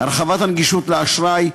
הרחבת הנגישות של האשראי,